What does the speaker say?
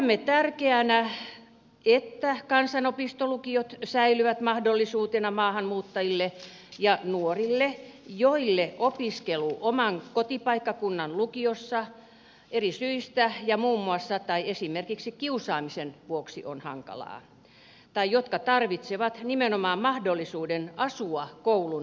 pidämme tärkeänä että kansanopistolukiot säilyvät mahdollisuutena maahanmuuttajille ja nuorille joille opiskelu oman kotipaikkakunnan lukiossa eri syistä esimerkiksi kiusaamisen vuoksi on hankalaa tai jotka tarvitsevat nimenomaan mahdollisuuden asua koulun yhteydessä